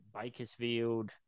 Bakersfield